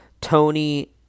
Tony